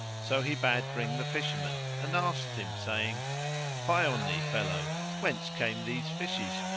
so he bade bring the fisherman and asked him, saying fie on thee, fellow! whence came these fishes?